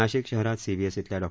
नाशिक शहरात सीबीएस इथल्या डॉ